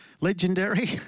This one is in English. legendary